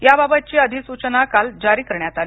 याबाबतची अधिसूचना काल जारी करण्यात आली